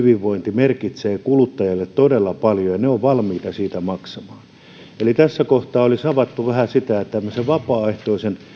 merkitsevät kuluttajille todella paljon ja he ovat valmiita siitä maksamaan eli tässä kohtaa olisi avattu vähän tämmöisen vapaaehtoisen